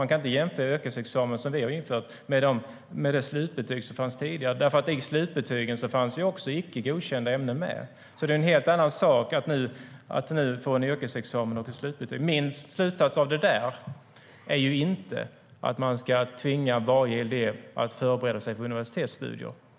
Man kan inte jämföra den yrkesexamen som vi har infört med de slutbetyg som fanns tidigare, för i slutbetygen fanns också icke godkända ämnen med. Det är en helt annan sak att nu få en yrkesexamen och ett slutbetyg. Min slutsats av det där är inte att man ska tvinga varje elev att förbereda sig för universitetsstudier.